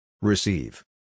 Receive